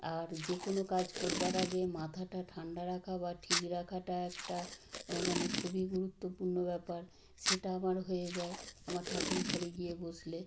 আর যে কোনও কাজ কোরবার আগে মাথাটা ঠান্ডা রাখা বা ঠিক রাখাটা একটা মানে খুবই গুরুত্বপূর্ণ ব্যাপার সেটা আবার হয়ে যায় আমার ঠাকুরঘরে গিয়ে বসলে